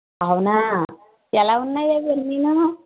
అవునా ఎలా ఉన్నాయి అవన్నీను